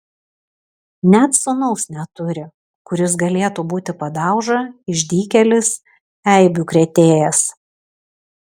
net sūnaus neturi kuris galėtų būti padauža išdykėlis eibių krėtėjas